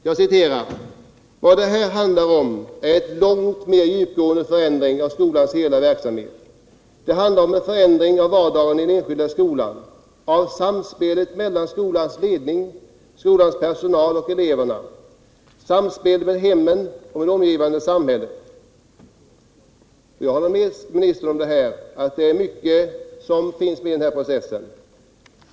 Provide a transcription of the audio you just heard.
Hon sade: ”Vad det handlar om är en långt mer djupgående förändring av skolans hela verksamhet; det handlar om en förändring av vardagen i den enskilda skolan, av samspelet mellan skolans ledning, skolans personal och eleverna, samspelet med hemmen och med det omgivande samhället.” Jag håller med skolministern om att mycket finns med i denna process.